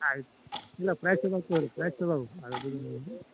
ಆಯ್ತು ಇಲ್ಲ ಫ್ರೆಶ್ ಇದ್ದಾವೆ ತಗೊಳ್ರಿ ಫ್ರೆಶ್ ಇದ್ದಾವೆ